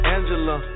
Angela